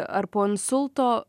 ar po insulto